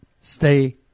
stay